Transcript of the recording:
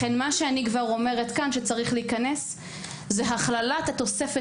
לכן אני אומרת שצריך להיכנס הכללת התוספת